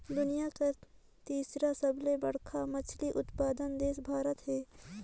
दुनिया कर तीसर सबले बड़खा मछली उत्पादक देश भारत हे